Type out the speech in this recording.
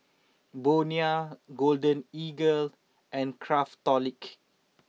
Bonia Golden Eagle and Craftholic